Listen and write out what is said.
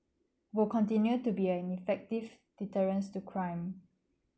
would continue to be an effective deterrence to crime